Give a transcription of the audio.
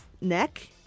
neck